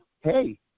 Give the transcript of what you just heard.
Hey